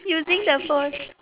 using the phone